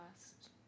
last